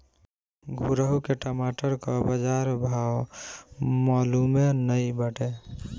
घुरहु के टमाटर कअ बजार भाव मलूमे नाइ बाटे